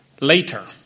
Later